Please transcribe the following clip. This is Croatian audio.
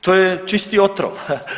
To je čisti otrov.